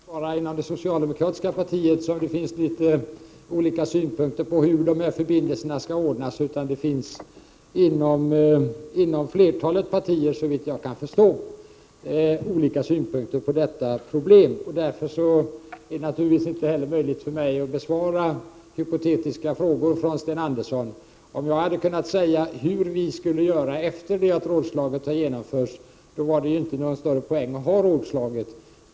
Fru talman! Det är inte bara inom det socialdemokratiska partiet som det finns litet olika synpunkter på hur de här förbindelserna skall ordnas utan det gäller också, såvitt jag förstår, flertalet partier. Naturligtvis är det därför inte möjligt för mig att besvara hypotetiska frågor från Sten Andersson i Malmö. Om jag kunde säga hur vi skulle göra efter rådslaget, skulle det ju inte vara någon större poäng med att ha ett sådant.